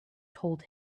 told